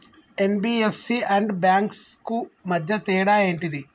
NBFC and banks కు మధ్య తేడా ఏంటిది?